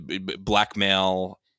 blackmail